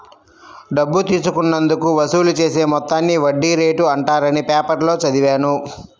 డబ్బు తీసుకున్నందుకు వసూలు చేసే మొత్తాన్ని వడ్డీ రేటు అంటారని పేపర్లో చదివాను